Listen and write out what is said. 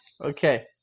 Okay